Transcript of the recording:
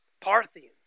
Parthians